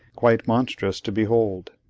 quite monstrous to behold.